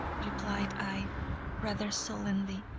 replied i rather sullenly,